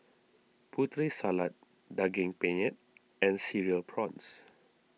Putri Salad Daging Penyet and Cereal Prawns